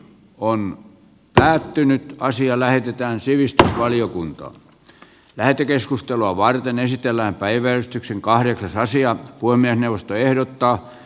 puhemiesneuvosto ehdottaa että asia lähetetään sivistysvaliokuntaan lähetekeskustelua varten esitellään päiväystyksen kahdeksasosia voimien neuvosto perustuslakivaliokuntaan